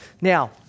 Now